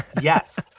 yes